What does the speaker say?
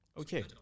okay